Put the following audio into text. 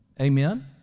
Amen